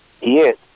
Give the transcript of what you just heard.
Yes